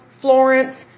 Florence